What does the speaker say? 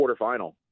quarterfinal